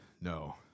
no